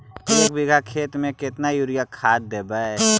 एक बिघा खेत में केतना युरिया खाद देवै?